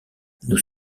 nous